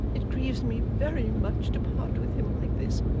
it grieves me very much to part with him like this,